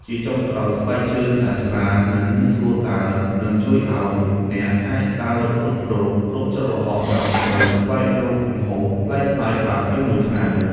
ជាចុងក្រោយ ស្បែកជើងដែលស្រាល និងងាយស្រួលដើរ នឹងជួយឱ្យអ្នកអាចដើររុករកគ្រប់ច្រកល្ហកដើម្បីស្វែងរកម្ហូបប្លែកៗបានពេញមួយថ្ងៃ។